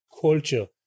culture